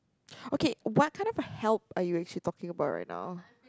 okay what kind of a help are you actually talking about right now